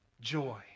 Joy